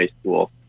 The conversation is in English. school